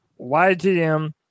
YGM